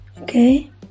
okay